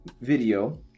video